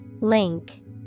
Link